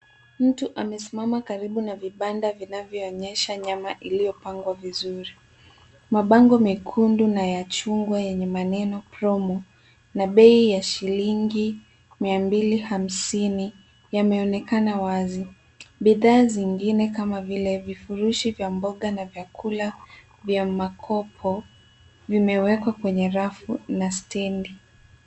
Mtu amesimama karibu na vibanda vinavyoonyesha nyama iliyopangwa vizuri. Mabango mekundu na ya chungwa yenye maneno promo na bei ya shilingi mia mbili hamsini yameonekana wazi. Bidhaa zingine kama vile vifurushi vya mboga na vyakula vya makopo vimewekwa kwenye rafu na stendi.